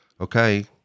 okay